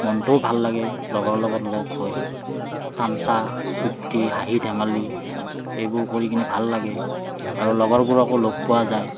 মনটোও ভাল লাগে লগৰ লগত লগ হৈ তামাছা ফূৰ্ত্তি হাঁহি ধেমালি এইবোৰ কৰিকেনে ভাল লাগে আৰু লগৰবোৰকো লগ পোৱা যায়